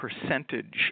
percentage